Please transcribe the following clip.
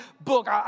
book